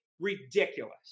ridiculous